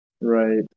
Right